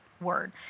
word